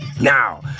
Now